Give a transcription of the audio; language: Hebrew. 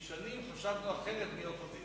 כי במשך שנים חשבנו אחרת מהאופוזיציה